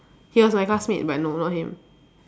he was my classmate but no not him